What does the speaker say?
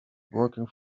working